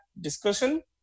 discussion